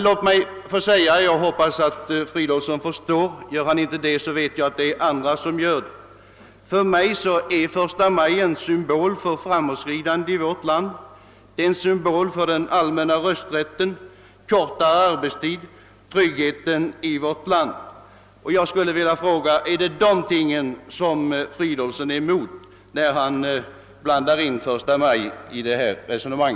Låt mig dock få säga att jag hoppas att herr Fridolfsson förstår — om han inte förstår det, vet jag att andra gör det — att första maj för mig är en symbol för framåtskridandet i vårt land, en symbol för den allmänna rösträtten, kortare arbetstid, tryggheten i vårt samhälle. Och jag skulle vilja fråga: Är det dessa ting herr Fridolfsson i Stockholm är emot när han blandar in första maj i detta resonemang?